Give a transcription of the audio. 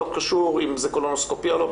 לא קשור אם זה קולונוסקופיה או לא,